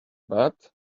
but